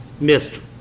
missed